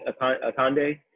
Akande